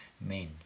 men